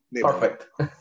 Perfect